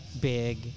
big